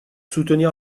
soutenir